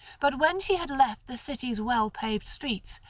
but when she had left the city's well paved streets,